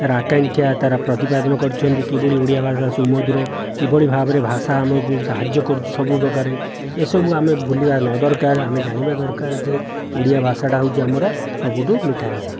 ତା'ର ଆକାଂକ୍ଷା ତା'ର ପ୍ରତିପାଦନ କରିଛନ୍ତି କିଭଳି ଓଡ଼ିଆ ଭାଷା ସୁମଧୁର କିଭଳି ଭାବରେ ଭାଷା ଆମକୁ ସାହାଯ୍ୟ କରୁଛି ସବୁ ପ୍ରକାରେ ଏସବୁ ଆମେ ଭୁଲିବା ନ ଦରକାର ଆମେ ଜାଣିବା ଦରକାର ଯେ ଓଡ଼ିଆ ଭାଷାଟା ହେଉଛି ଆମର ସବୁଠୁ ମିଠା ଭାଷା